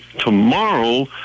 tomorrow